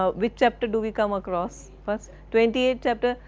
ah which chapter do we come across, first, twenty eighth chapter?